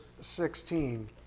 sixteen